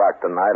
tonight